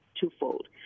twofold